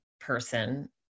person